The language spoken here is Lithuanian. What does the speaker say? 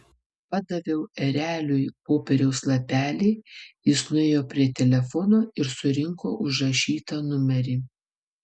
padaviau ereliui popieriaus lapelį jis nuėjo prie telefono ir surinko užrašytą numerį